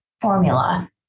formula